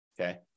Okay